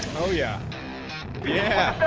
ah yeah yeah